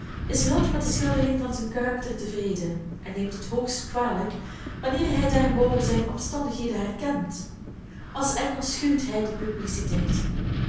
is nooit met de schildering van zijn karakter tevreden en neemt het hoogst kwalijk wanneer hij daarenboven zijne omstandigheden herkent als engel schuwt hij de publiciteit